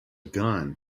gun